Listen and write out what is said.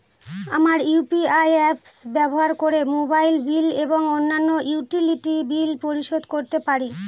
আমরা UPI apps ব্যবহার করে মোবাইল বিল এবং অন্যান্য ইউটিলিটি বিল পরিশোধ করতে পারি